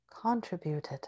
contributed